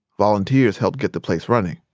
volunteers helped get the place running.